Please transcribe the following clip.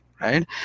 right